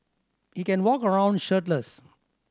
he can walk around shirtless